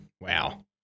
Wow